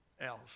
else